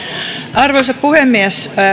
arvoisa puhemies